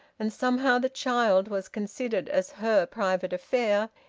and somehow the child was considered as her private affair,